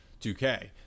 2K